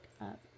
up